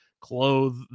clothe